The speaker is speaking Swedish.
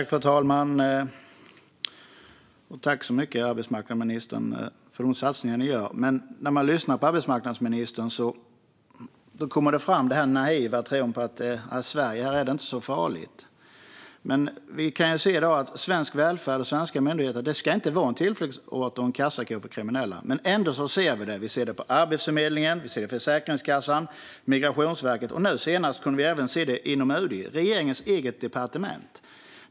Fru talman! Tack så mycket, arbetsmarknadsministern, för de satsningar ni gör! När man lyssnar på arbetsmarknadsministern kommer den naiva tron fram att i Sverige är det inte så farligt. Svensk välfärd och svenska myndigheter ska inte vara en tillflyktsort och kassako för kriminella. Ändå ser vi det. Vi ser det på Arbetsförmedlingen. Vi ser det på Försäkringskassan och Migrationsverket. Nu senast kunde vi se det även inom UD, regeringens eget departement.